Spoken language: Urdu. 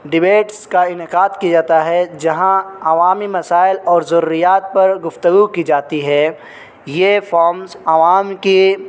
ڈبیٹس کا انعقاد کیا جاتا ہے جہاں عوامی مسائل اور ضروریات پر گفتگو کی جاتی ہے یہ فارمس عوام کی